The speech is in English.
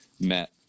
met